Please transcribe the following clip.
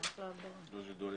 שלום.